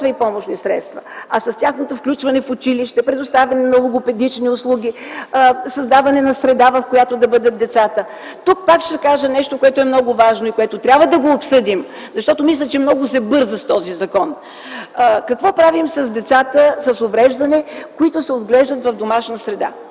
и помощни средства, а с тяхното включване в училище, предоставяне на логопедични услуги, създаване на среда, в която да бъдат децата. Тук пак ще кажа нещо, което е много важно и трябва да го обсъдим, защото мисля, че много се бърза с този закон. Какво правим с децата с увреждания, които се отглеждат в домашна среда?